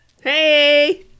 hey